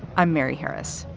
i'm mary harris.